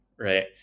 right